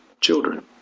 children